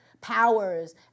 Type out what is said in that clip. powers